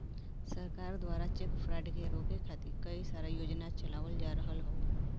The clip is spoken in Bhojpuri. सरकार दवारा चेक फ्रॉड के रोके खातिर कई सारा योजना चलावल जा रहल हौ